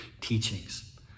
teachings